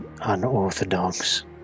unorthodox